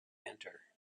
enter